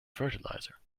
fertilizer